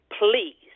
please